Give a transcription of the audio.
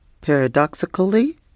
Paradoxically